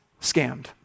scammed